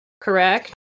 Correct